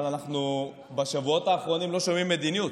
אבל אנחנו בשבועות האחרונים לא שומעים מדיניות.